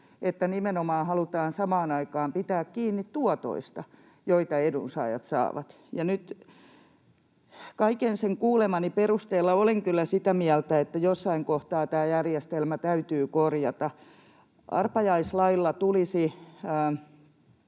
että nimenomaan halutaan samaan aikaan pitää kiinni tuotoista, joita edunsaajat saavat. Nyt kaiken kuulemani perusteella olen kyllä sitä mieltä, että jossain kohtaa tämä järjestelmä täytyy korjata. Arpajaislailla tulisi